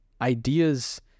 ideas